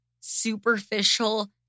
superficial